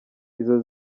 izo